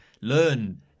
Learn